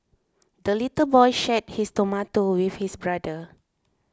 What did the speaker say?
the little boy shared his tomato with his brother